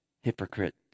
hypocrite